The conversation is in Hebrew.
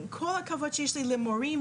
עם כל הכבוד שיש לי למורים,